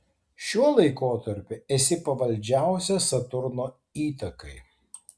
šiuo laikotarpiu esi pavaldžiausia saturno įtakai